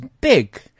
big